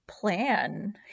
plan